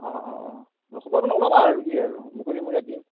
অঁ অঁ অঁ সময় ওলাবা আৰু কি আৰু মুকলিমূৰীয়া দিন